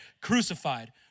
crucified